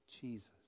Jesus